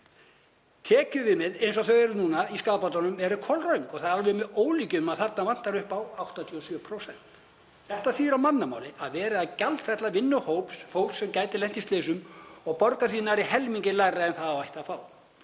Tekjuviðmið, eins og þau eru núna í skaðabótunum, eru kolröng og það er alveg með ólíkindum að þarna vantar upp á 87%. Það þýðir á mannamáli að verið er að gjaldfella vinnu hóps fólks sem gæti lent í slysum og borga honum nærri helmingi lægra en hann ætti að fá.